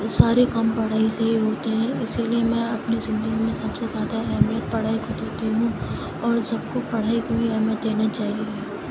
سارے کام پڑھائی سے ہی ہوتے ہیں اسی لیے میں اپنی زندگی میں سب سے زیادہ اہمیت پڑھائی کو دیتی ہوں اور سب کو پڑھائی کو ہی اہمیت دینی چاہیے